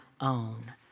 own